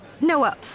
Noah